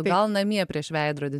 gal namie prieš veidrodį